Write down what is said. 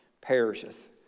perisheth